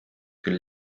küll